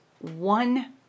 One